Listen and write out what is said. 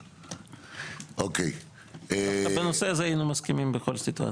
דווקא בנושא הזה הינו מסכימים בכל סיטואציה.